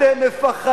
אתם מ-פ-ח-דים.